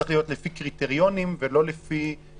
צריך להיות לפי קריטריונים ולא לבחור